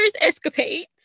escapades